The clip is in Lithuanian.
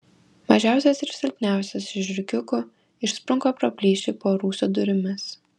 mažiausias ir silpniausias iš žiurkiukų išsprunka pro plyšį po rūsio durimis